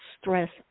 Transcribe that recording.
stress